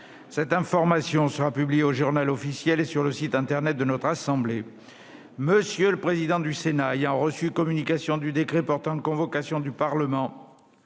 Cette information sera publiée au et sur le site internet de notre assemblée. M. le président du Sénat ayant reçu communication du décret portant convocation du Parlement